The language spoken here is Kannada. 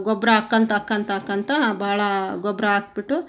ಗೊಬ್ಬರ ಹಾಕೋಂತ ಹಾಕೋಂತ ಹಾಕೋಂತ ಭಾಳಾ ಗೊಬ್ಬರ ಹಾಕ್ಬಿಟ್ಟು